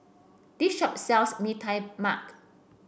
this shop sells Mee Tai Mak